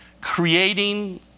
creating